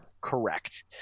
Correct